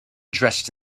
dressed